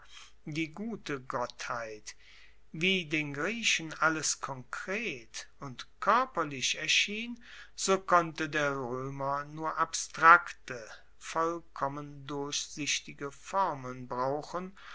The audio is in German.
die gute gottheit wie den griechen alles konkret und koerperlich erschien so konnte der roemer nur abstrakte vollkommen durchsichtige formeln brauchen